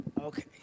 Okay